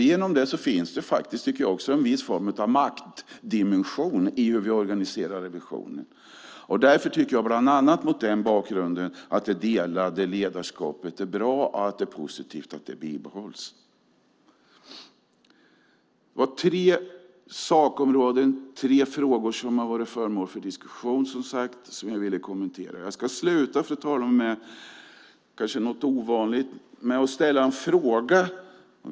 Genom det finns det faktiskt, tycker jag, också en viss form av maktdimension i hur vi organiserar revisionen. Bland annat mot den bakgrunden tycker jag att det delade ledarskapet är bra och att det är positivt att det bibehålls. Det var tre sakområden, tre områden som har varit föremål för diskussion som jag som sagt ville kommentera. Jag ska, fru talman, sluta med något kanske ovanligt, nämligen att ställa en fråga.